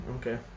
Okay